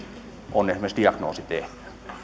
on esimerkiksi diagnoosi tehty